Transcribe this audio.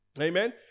Amen